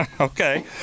Okay